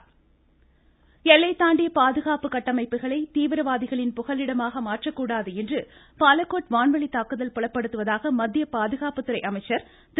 ராஜ்நாத்சிங் எல்லை தாண்டிய பாதுகாப்பு கட்டமைப்புகளை தீவிரவாதிகளின் புகலிடமாக மாற்றக்கூடாது என்று பாலக்கோட் வான்வழித் தாக்குதல் புலப்படுத்துவதாக மத்திய பாதுகாப்புத்துறை அமைச்சர் திரு